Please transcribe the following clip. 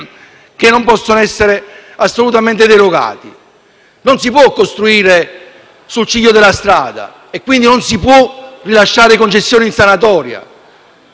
i vincoli assolutamente inderogabili. Non si può costruire sul ciglio della strada e, quindi, non si può rilasciare concessione in sanatoria: